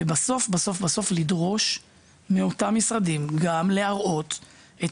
ורק בסוף לדרוש מאותם משרדים להראות גם את